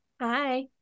Hi